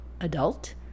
Adult